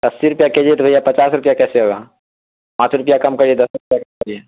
اسی روپیہ کے جی ہے تو بھیا پچاس روپیہ کیسے ہوگا پانچ روپیہ کم کریے دس روپیہ کم کریے